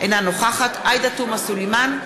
אינה נוכחת עאידה תומא סלימאן,